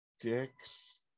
Dix